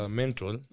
mental